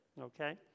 okay